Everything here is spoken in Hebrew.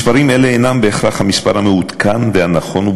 מספרים אלה אינם בהכרח המספרים המעודכנים והנכונים,